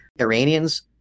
Iranians